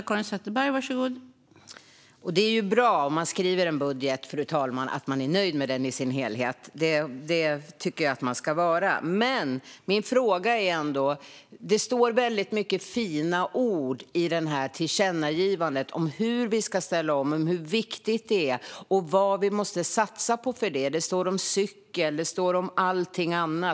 Fru talman! Det är ju bra om man skriver en budget att man är nöjd med den i sin helhet. Det tycker jag att man ska vara. Jag har ändå en fråga. Det är många fina ord i förslaget till tillkännagivande om hur vi ska ställa om, om hur viktigt det är och om vad vi måste satsa på för detta. Det står om cykel, och det står om allt möjligt annat.